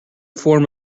form